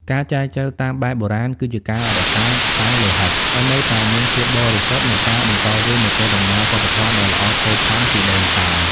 ការចែចូវតាមបែបបុរាណគឺជាការរក្សា "ខ្សែលោហិត" ឱ្យនៅតែមានភាពបរិសុទ្ធ និងការបន្តវេននូវកេរដំណែលវប្បធម៌ដ៏ល្អផូរផង់ពីដូនតា។